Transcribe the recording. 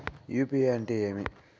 UPI అంటే ఏమి?